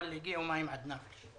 אבל, הגיעו מים עד נפש.